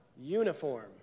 uniform